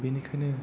बेनिखायनो